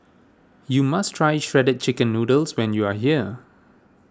you must try Shredded Chicken Noodles when you are here